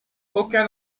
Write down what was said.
aucun